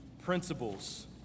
principles